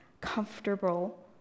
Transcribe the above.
comfortable